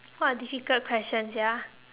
what a difficult question sia